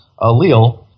allele